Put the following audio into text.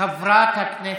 חברת הכנסת.